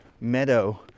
meadow